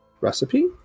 recipe